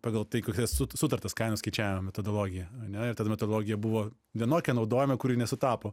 pagal tai koks yra su sutartas kainų skaičiavimo metodologija ane ir ta metodologija buvo vienokia naudojama kuri nesutapo